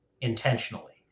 intentionally